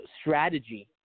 strategy